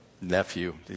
nephew